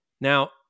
Now